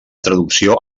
traducció